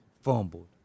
fumbled